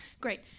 Great